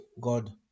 God